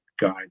guide